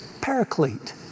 paraclete